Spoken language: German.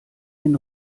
den